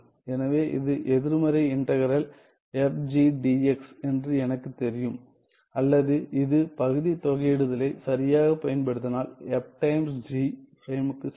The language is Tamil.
எனவே இது எதிர்மறை இன்டகிறல் f g dx என்று எனக்குத் தெரியும் அல்லது இது பகுதி தொகையிடுதலை சரியாகப் பயன்படுத்தினால் f டைம்ஸ் g பிரைமுக்கு சமம்